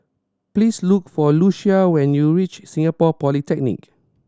please look for Lucia when you reach Singapore Polytechnic